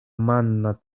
manna